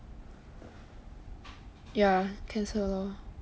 ya cancel lor